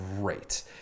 great